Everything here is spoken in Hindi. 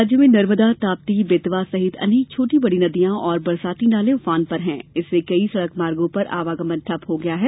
प्रदेश में नर्मदा ताप्ती बेतवा सहित अनेक छोटी बड़ी नदियां और बरसाती नाले ऊफान पर हैं इससे कई सड़क मार्गो पर आवागमन ठप हो गया है